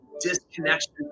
disconnection